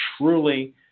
truly